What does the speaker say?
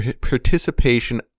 participation